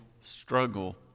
struggle